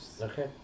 Okay